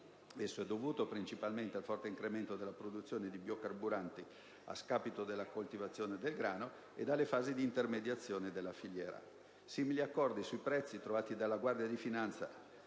aumento è dovuto principalmente al forte incremento della produzione di biocarburanti a scapito della coltivazione del grano e alle fasi di intermediazione della filiera. Simili gli accordi sui prezzi trovati dalla Guardia di finanza